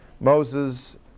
Moses